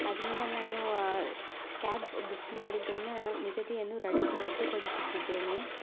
ಆದ್ದರಿಂದ ನಾನು cab book ಮಾಡಿದ್ದನ್ನು ನಿಗದಿಯನ್ನು ರೆಡಿ ರದ್ದುಪಡಿಸುತ್ತಿದ್ದೇನೆ